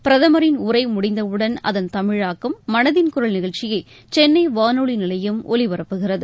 பிரதமரின் உரை முடிந்தவுடன் அதன் தமிழாக்கம் மனதின் குரல் நிகழ்ச்சியை சென்னை வானொலி நிலையம் ஒலிபரப்புகிறது